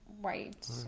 white